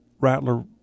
Rattler